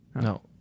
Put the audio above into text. No